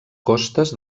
costes